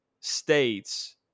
states